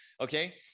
Okay